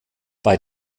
bei